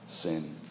sin